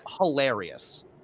hilarious